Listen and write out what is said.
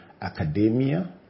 academia